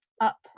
up